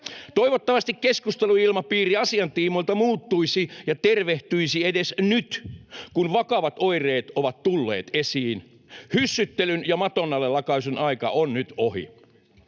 Toivottavasti keskusteluilmapiiri asian tiimoilta muuttuisi ja tervehtyisi edes nyt, kun vakavat oireet ovat tulleet esiin. Hyssyttelyn ja maton alle lakaisun aika on nyt ohi.